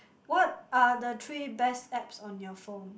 what are the three best apps on your phone